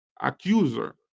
accuser